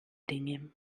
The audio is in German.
dinge